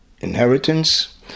inheritance